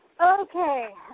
Okay